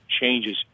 changes